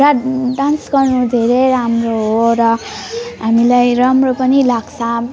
र डान्स गर्नु धेरै राम्रो हो र हामीलाई राम्रो पनि लाग्छ